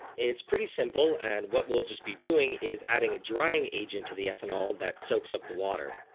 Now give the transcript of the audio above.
it's pretty simple and what will just be doing is adding a drying agent to the ethanol that soaks up the water.